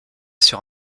sur